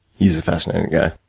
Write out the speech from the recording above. he's a fascinating guy.